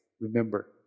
Remember